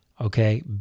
okay